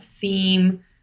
theme